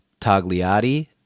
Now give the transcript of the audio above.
Tagliati